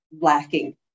lacking